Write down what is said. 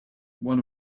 one